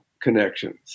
connections